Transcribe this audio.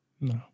No